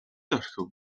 орхив